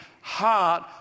heart